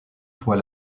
fois